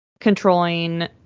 controlling